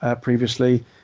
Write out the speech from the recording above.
previously